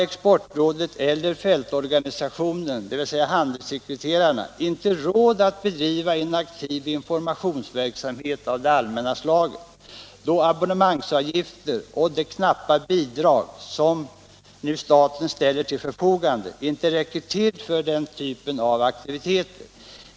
Exportrådet eller fältorganisationen — dvs. handelssekreterarna — har i dag inte råd att bedriva en aktiv informationsverksamhet av det allmänna slaget, eftersom abonnemangsavgifterna och det knappa bidrag som staten nu ställer till förfogande inte räcker till för den typen av aktiviteter.